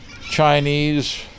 Chinese